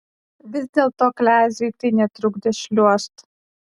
vis dėlto kleziui tai netrukdė šliuožt